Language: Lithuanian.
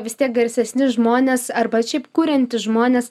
vis tiek garsesni žmonės arba šiaip kuriantys žmonės